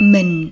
Mình